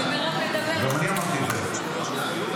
אמרתי את זה.